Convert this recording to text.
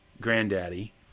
granddaddy